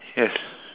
yes